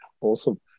awesome